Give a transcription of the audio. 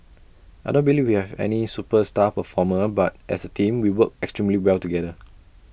I don't believe we have any superstar performer but as A team we work extremely well together